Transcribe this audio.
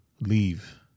leave